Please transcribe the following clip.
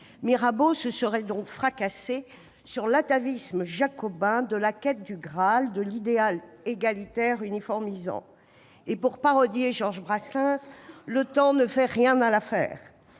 Mirabeau se serait-il donc fracassé sur l'atavisme jacobin de la quête du Graal d'un idéal égalitaire uniformisant ? Pour parodier Georges Brassens, « le temps ne fait rien à l'affaire »